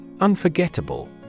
Unforgettable